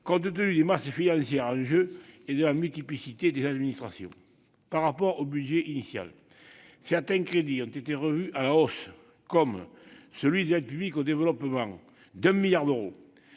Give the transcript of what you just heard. compte tenu des masses financières en jeu et de la multiplicité des administrations. Par rapport au budget initial, certains crédits ont été revus à la hausse, comme ceux alloués à l'aide publique au développement, en hausse de 1 milliard d'euros,